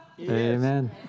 Amen